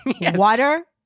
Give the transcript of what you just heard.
Water